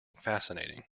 fascinating